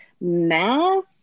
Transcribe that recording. Math